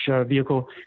vehicle